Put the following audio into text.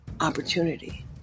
opportunity